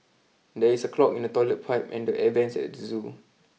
there is a clog in the toilet pipe and the air vents at the zoo